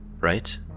right